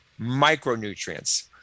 micronutrients